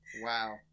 Wow